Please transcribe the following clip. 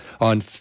on